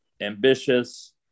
ambitious